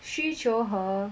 试求和